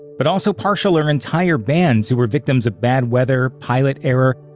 but also partial or entire bands who were victims of bad weather, pilot error,